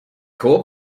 hoop